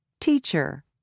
teacher